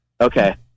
Okay